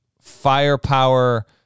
firepower